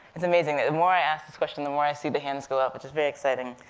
it's amazing that, the more i ask this question, the more i see the hands go up, which is very exciting.